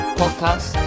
podcast